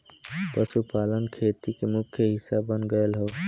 पशुपालन खेती के मुख्य हिस्सा बन गयल हौ